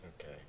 Okay